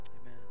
Amen